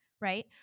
right